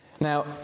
Now